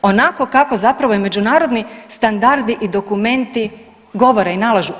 Onako kako zapravo i međunarodni standardi i dokumenti govore i nalažu.